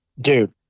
dude